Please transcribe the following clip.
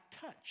touch